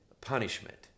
punishment